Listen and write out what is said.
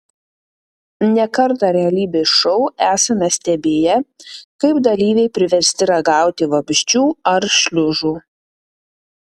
ne kartą realybės šou esame stebėję kaip dalyviai priversti ragauti vabzdžių ar šliužų